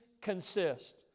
consist